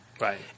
Right